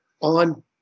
on